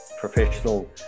professional